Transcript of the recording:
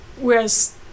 Whereas